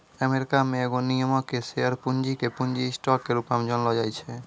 America मे एगो निगमो के शेयर पूंजी के पूंजी स्टॉक के रूपो मे जानलो जाय छै